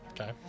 Okay